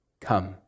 Come